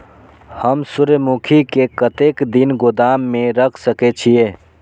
हम सूर्यमुखी के कतेक दिन गोदाम में रख सके छिए?